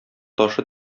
ташы